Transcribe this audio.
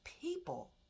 people